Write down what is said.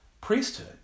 priesthood